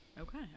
Okay